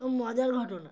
ও মজার ঘটনা